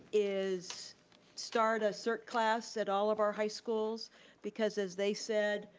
is start a cert class at all of our high schools because as they said,